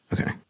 Okay